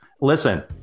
Listen